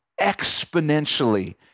exponentially